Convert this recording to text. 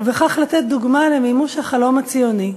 ובכך לתת דוגמה למימוש החלום הציוני,